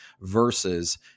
versus